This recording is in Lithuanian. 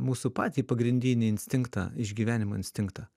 mūsų patį pagrindinį instinktą išgyvenimo instinktą